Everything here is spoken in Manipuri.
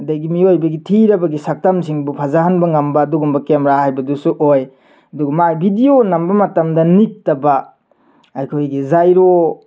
ꯑꯗꯒꯤ ꯃꯤꯑꯣꯏꯕꯒꯤ ꯊꯤꯔꯕꯒꯤ ꯁꯛꯇꯝꯁꯤꯡꯕꯨ ꯐꯖꯍꯟꯕ ꯉꯝꯕ ꯑꯗꯨꯒꯨꯝꯕ ꯀꯦꯃꯦꯔꯥ ꯍꯥꯏꯕꯗꯨꯁꯨ ꯑꯣꯏ ꯑꯗꯨꯒ ꯃꯥꯏ ꯚꯤꯗꯤꯌꯣ ꯅꯝꯕ ꯃꯇꯝꯗ ꯅꯤꯛꯇꯕ ꯑꯩꯈꯣꯏꯒꯤ ꯖꯥꯏꯔꯣ